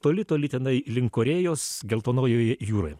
toli toli tenai link korėjos geltonojoje jūroje